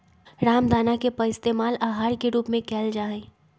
रामदाना के पइस्तेमाल आहार के रूप में कइल जाहई